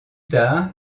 tard